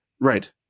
Right